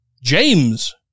James